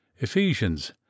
Ephesians